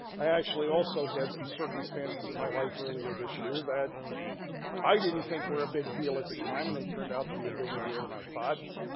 i actually also had some circumstances in my life earlier this year that i didn't think were a big deal at the time and they turned out to be a bigger deal than i thought.